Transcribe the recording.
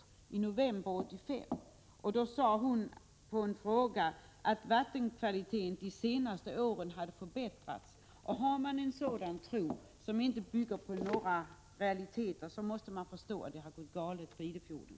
På en fråga svarade hon att vattenkvaliteten de senaste åren hade förbättrats. Har man en sådan tro, som inte bygger på några realiteter, förstår vi varför det har gått galet med Idefjorden.